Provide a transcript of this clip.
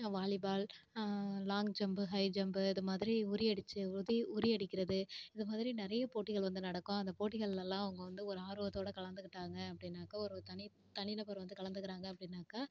volleyball long jump high jump அதுமாதிரி உறியடிச்சி உறி உறி அடிக்கிறது இதுமாதிரி நிறைய போட்டிகள் வந்து நடக்கும் அந்த போட்டிகள்லலாம் அவங்க ஒரு ஆர்வத்தோடு கலந்துக்கிட்டாங்கள் அப்படினாக்கா ஒரு தனி தனி நபர் வந்து கலந்துக்கிறாங்கள் அப்படினாக்கா